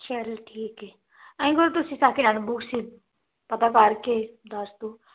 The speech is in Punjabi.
ਚਲੋ ਠੀਕ ਹੈ ਆਏ ਕਰੋ ਤੁਸੀਂ ਸੇਕਿੰਡ ਹੈਂਡ ਬੁਕਸ ਹੀ ਪਤਾ ਕਰ ਕੇ ਦੱਸ ਦੋ